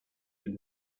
and